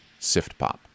SIFTPOP